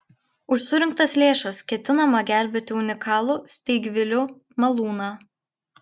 už surinktas lėšas ketinama gelbėti unikalų steigvilių malūną